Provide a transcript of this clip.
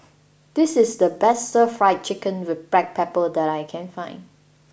this is the best Stir Fried Chicken with black pepper that I can find